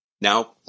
now